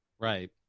Right